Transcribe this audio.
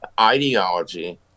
ideology